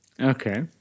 Okay